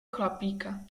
chlapíka